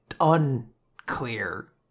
unclear